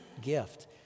gift